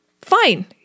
Fine